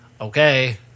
okay